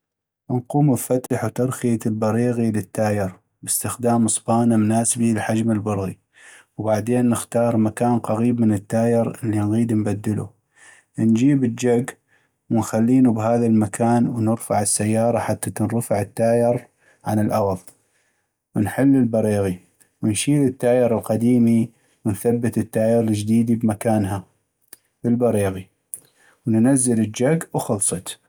نقوم بفتح وترخية البريغي للتاير باستخدام اصبانة مناسبي لحجم البرغي ، وبعدين نختار مكان قغيب من التاير اللي نغيد انبدلو ، انجيب الجك ونخلينو بهذا المكان ونرفع السيارة حتى تنرفع التاير عن الاغض ، ونحل البريغي ، ونشيل التاير القديمي ونثبت التاير الجديدي بمكانها بالبريغي ، وننزل الجك وخلصت.